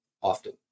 often